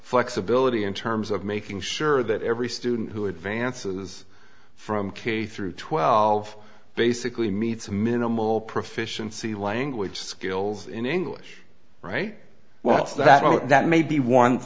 flexibility in terms of making sure that every student who advances from k through twelve basically meets a minimal proficiency language skills in english right what's that that maybe one